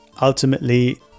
ultimately